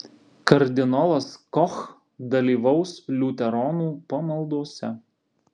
kardinolas koch dalyvaus liuteronų pamaldose